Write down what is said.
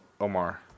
Omar